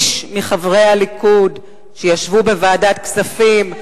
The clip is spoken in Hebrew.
איש מחברי הליכוד שישבו בוועדת הכספים,